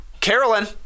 Carolyn